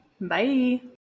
Bye